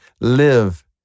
live